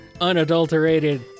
unadulterated